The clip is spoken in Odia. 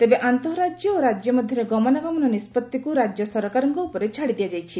ତେବେ ଆନ୍ତଃରାଜ୍ୟ ଓ ରାଜ୍ୟ ମଧ୍ୟରେ ଗମନାଗମନ ନିଷ୍କତିକୁ ରାଜ୍ୟ ସରକାରଙ୍କ ଉପରେ ଛାଡ଼ିଦିଆଯାଇଛି